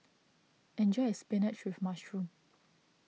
enjoy your Spinach with Mushroom